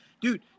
dude